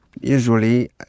usually